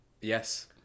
Yes